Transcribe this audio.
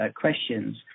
questions